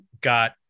got